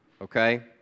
Okay